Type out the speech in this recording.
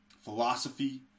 philosophy